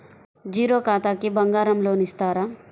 Zero ఖాతాకి బంగారం loan ఇస్తారా?